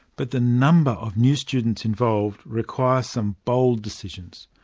but the numbers of new students involved require some bold decisions.